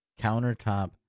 Countertop